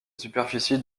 superficie